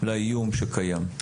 לאיום שקיים.